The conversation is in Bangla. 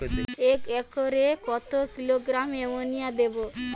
একরে কত কিলোগ্রাম এমোনিয়া দেবো?